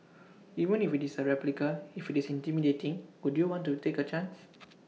even if IT is A replica if IT is intimidating would you want to take A chance